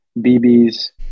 BB's